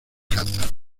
caza